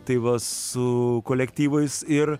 tai va su kolektyvais ir